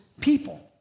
people